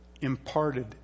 imparted